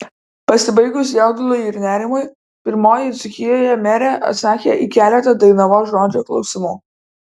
pasibaigus jauduliui ir nerimui pirmoji dzūkijoje merė atsakė į keletą dainavos žodžio klausimų